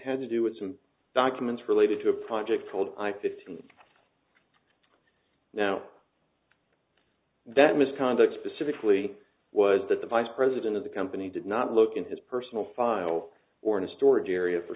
had to do with some documents related to a project called i fifteen now that misconduct specifically was that the vice president of the company did not look in his personal files or in a storage area for